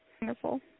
Wonderful